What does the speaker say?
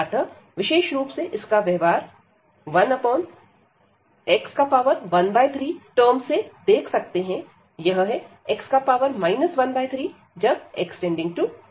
अतः विशेष रुप से इसका व्यवहार 1x13टर्म से देख सकते हैं यह है x 13 जब x→∞